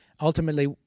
ultimately